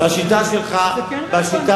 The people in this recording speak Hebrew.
זה כן רלוונטי.